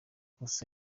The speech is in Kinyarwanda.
gusa